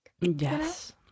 yes